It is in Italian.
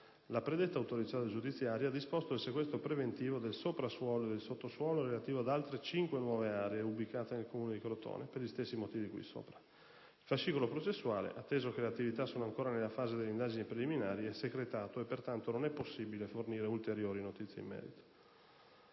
la predetta autorità giudiziaria ha disposto il sequestro preventivo del soprasuolo e del sottosuolo relativo ad altre cinque nuove aree ubicate nel Comune di Crotone, per gli stessi motivi di cui sopra. Il fascicolo processuale, atteso che le attività sono ancora nella fase delle indagini preliminari, è secretato e, pertanto, non è possibile fornire ulteriori notizie in merito.